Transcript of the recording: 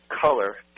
color